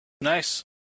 Nice